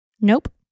nope